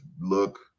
look